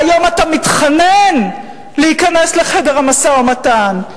והיום אתה מתחנן להיכנס לחדר המשא-ומתן,